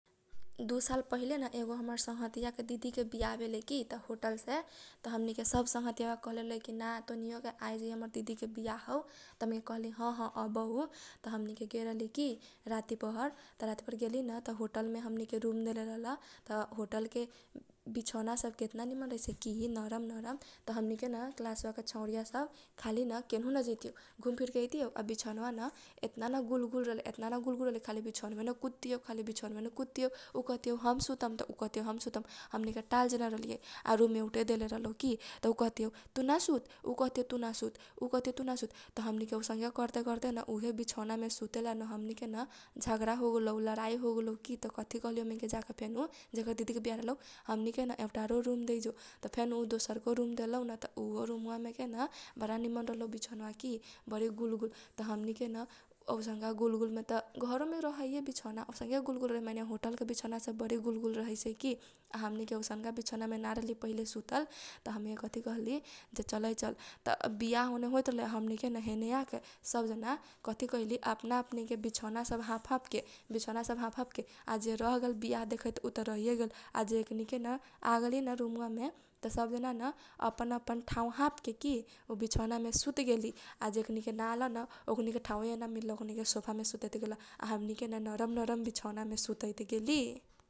दु साल पहिले न एगो हमर संगघतीया के दिदी बियाह बेलै की होटल से त हमनी के सब संगघतीया बा कहले रहलै ना तोनीयो के आइ जैहे हमर दिदी के बियाह हौ। त हमनी के कहली हह अबौ त हमनी के गेल रहली की राती पहर त राती पहर गेलीन त होटल मे हमनी के रुम देले रहल त होटलके बिछौना सब केतना निमन रहैसै की नरम नरम त हमनी के न कलासबाके छौरीया सब न केनहु न जैतीयौ घुम फिरके अइतीयौ आ बिलौबा न एतना न गुल गुल रहलै एतना न गुल गुल रहलै की खाली बिछौनबे मे कुदतीयौ खाली बिछौनबे मे कुदतीयौ उ खहतीयौ हम सुतम त उ कहतीयौ हम सुतम। हमनी के टाल जना रहलीयै आ रुम एउटे देले रहलौ की त उ कहतीयौ तु न सुत त उ कहतीयौ तु न सुत त हमनी के यौसनके करते करते न उहे बिलौना मे सुतेला न हमनी के न झगडा होगेलौ, लडाइ होगेलौ त कथी कहलौ जिके हमनी के न जेकर दिदी के बियाह रहलौ। हमनी के न एउटारो रुम दैजो त फेन उ दोसरको रुम देलौ न त उहो रुमवा मे के बारा निमन रहलौ बिछौनवा की बरी गुल गुल त हमनी के न औसनका गुल गुल मे त घरो मेत रहैए बिछौना अउसनके गुल गुल माने होटल के बिछौना सब बरि गुल गुल रहैसै की। हमनी के औसनका बिछौना मे ना रहली सुतल त हमनी के कथी कहली जे चलै चल बियाह ओने होइत रहलै आ हमनी के न एने आके सब जना कथी कैली अपना अपनीके बिछौना सब हाप हाप के बिछौना सब हाप हाप के आ जे रहगेल बियाह देखैत उ त रहिये गेल आ जेकनी केन आगेलैन रुमवा मेन त सब जना न‌ अपन अपन ठाउँ हापके की उ बिछौना मे सुत गेली आ जेकनी के ना अलन ओकनीके ठाउँए मिलख ओकनीके सुते देबेला आ हमनी के नरम नरम बिछौना मे सुतैत गेली।